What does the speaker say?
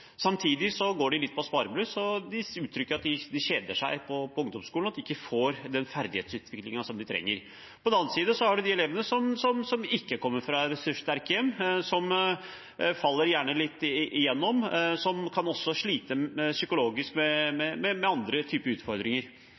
Samtidig går de litt på sparebluss, og de uttrykker at de kjeder seg på ungdomsskolen og ikke får den ferdighetsutviklingen som de trenger. På den annen side har man elevene som ikke kommer fra ressurssterke hjem, som gjerne faller litt igjennom, og som også kan slite psykisk med andre typer utfordringer.